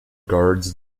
guards